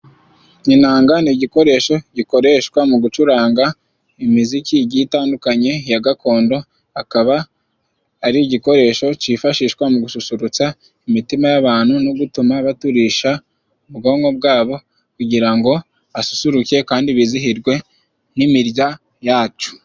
Inanga ni igikoresho gikoreshwa mu gucuranga imiziki igiye itandukanye ya gakondo. Akaba ari igikoresho cifashishwa mu gususurutsa imitima y'abantu, no gutuma baturisha ubwonko bwabo, kugira ngo basusuruke kandi bizihirwe n'imirya yaco.